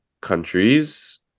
countries